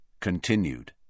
Continued